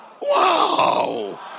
Wow